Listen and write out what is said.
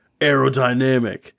aerodynamic